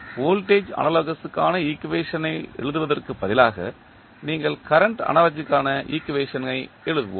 voltage analogous க்கான equation ஐ எழுதுவதற்கு பதிலாக நீங்கள் கரண்ட் அனாலோகஸ் க்கான ஈக்குவேஷன் ஐ எழுதுவோம்